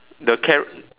the carrot